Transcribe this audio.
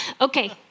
Okay